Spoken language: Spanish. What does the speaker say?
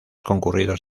concurridos